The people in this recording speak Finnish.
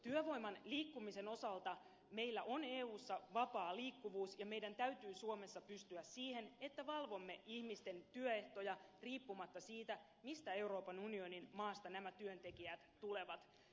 työvoiman liikkumisen osalta meillä on eussa vapaa liikkuvuus ja meidän täytyy suomessa pystyä siihen että valvomme ihmisten työehtoja riippumatta siitä mistä euroopan unionin maasta nämä työntekijät tulevat